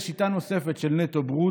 יש שיטה נוספת של נטו-ברוטו,